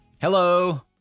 hello